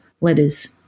letters